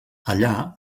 allà